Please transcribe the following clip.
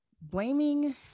blaming